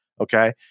Okay